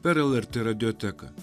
per lrt radioteką